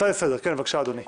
הצעה לסדר בבקשה אדוני.